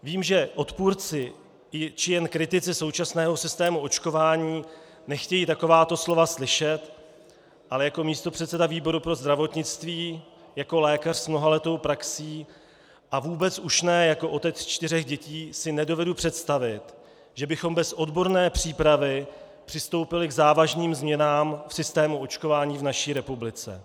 Vím, že odpůrci či jen kritici současného systému očkování nechtějí takováto slova slyšet, ale jako místopředseda výboru pro zdravotnictví, jako lékař s mnohaletou praxí a vůbec už ne jako otec čtyř dětí si nedovedu představit, že bychom bez odborné přípravy přistoupili k závažným změnám v systému očkování v naší republice.